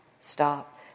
stop